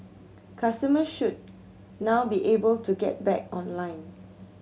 customers should now be able to get back online